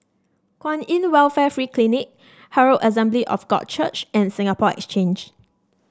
Kwan In Welfare Free Clinic Herald Assembly of God Church and Singapore Exchange